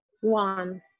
One